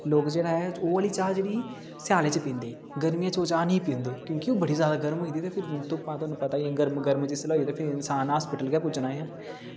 लोग जेह्ड़ा ऐ ओह् नेहीं चाह् जेह्ड़ी स्यालै च पींदे गर्मी च ओह् निं पींदे क्योंकि ओह् जादै गर्म होंदी ते हून तुसें ई पता गै गर्म गर्म जिसलै होई ते फिर हॉस्पिटल गै पुज्जना ऐ